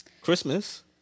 Christmas